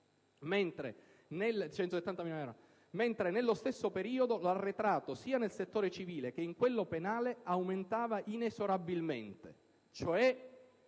mentre nello stesso periodo l'arretrato, sia nel settore civile che in quello penale, aumentava inesorabilmente.